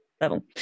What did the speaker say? level